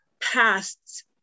past